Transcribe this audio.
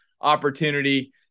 opportunity